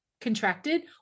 contracted